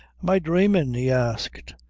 am i dhramin'? he asked.